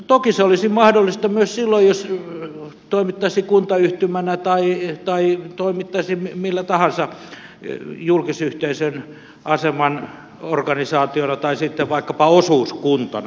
toki se olisi mahdollista myös silloin jos toimittaisiin kuntayhtymänä tai toimittaisiin millä tahansa julkisyhteisön aseman organisaationa tai sitten vaikkapa osuuskuntana